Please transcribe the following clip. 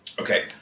okay